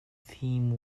theme